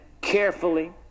carefully